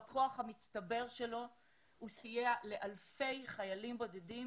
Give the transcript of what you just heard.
בכח המצטבר שלו הוא סייע לאלפי חיילים בודדים